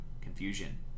confusion